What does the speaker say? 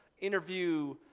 interview